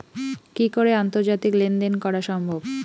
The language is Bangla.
কি করে আন্তর্জাতিক লেনদেন করা সম্ভব?